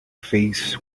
faces